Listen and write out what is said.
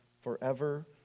forever